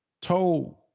Told